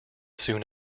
soon